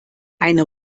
eine